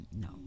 No